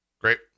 Great